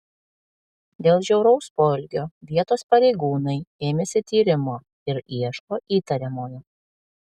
dėl žiauraus poelgio vietos pareigūnai ėmėsi tyrimo ir ieško įtariamojo